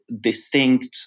distinct